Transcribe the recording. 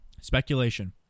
Speculation